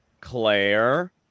Claire